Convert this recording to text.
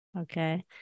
Okay